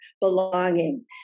belonging